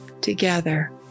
together